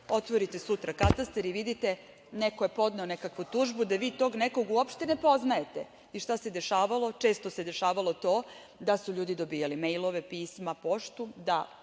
otvorite sutra katastar i vidite - neko je podneo nekakvu tužbu, a da vi tog nekog uopšte ne poznajete. I šta se dešavalo? Često se dešavalo to da su ljudi dobijali mejlove, pisma, poštu, da,